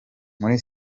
muri